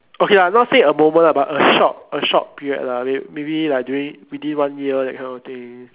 okay lah not say a moment ah but a short a short period lah may maybe like during within one year that kind of thing